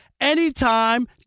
anytime